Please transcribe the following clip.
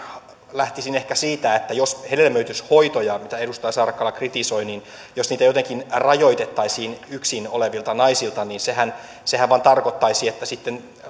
lähtisin ehkä siitä että jos hedelmöityshoitoja mitä edustaja saarakkala kritisoi jotenkin rajoitettaisiin yksin olevilta naisilta niin sehän sehän vain tarkoittaisi että sitten